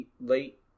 late